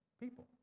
People